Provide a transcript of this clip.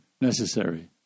necessary